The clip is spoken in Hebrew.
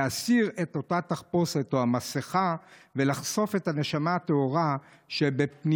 להסיר את אותה תחפושת או מסכה ולחשוף את הנשמה הטהורה שבפנימיותם.